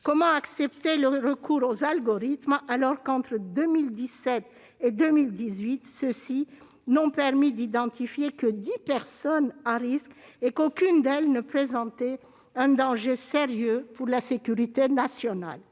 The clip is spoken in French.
Comment accepter le recours aux algorithmes, alors que, entre 2017 et 2018, ceux-ci n'ont permis d'identifier que dix personnes à risque et alors qu'aucune d'elles ne présentait un danger sérieux pour la sécurité nationale ?